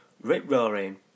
rip-roaring